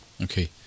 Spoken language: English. Okay